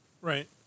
Right